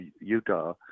Utah –